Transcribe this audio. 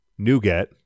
NuGet